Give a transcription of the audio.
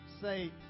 Say